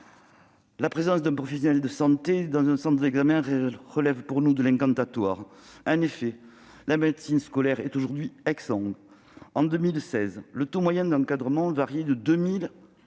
La présence d'un professionnel de santé dans un centre d'examen relève pour nous de l'incantatoire. En effet, la médecine scolaire est exsangue. En 2016, le taux moyen d'encadrement variait de 2 000